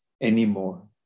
anymore